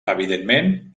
evidentment